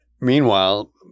meanwhile